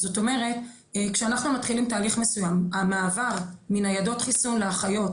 זאת אומרת כשאנחנו מתחילים תהליך מסוים המעבר מניידות חיסון לאחיות,